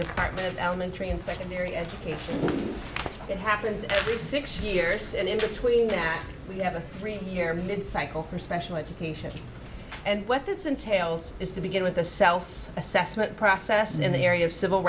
department of elementary and secondary education that happens every six years and into tween that we have a three year in cycle for special education and what this entails is to begin with the self assessment process in the area of civil